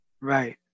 Right